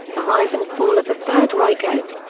the rise and fall of the third reich ed,